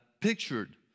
pictured